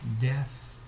death